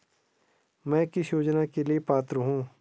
मैं किस योजना के लिए पात्र हूँ?